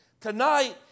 Tonight